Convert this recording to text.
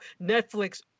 Netflix